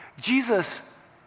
Jesus